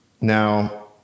Now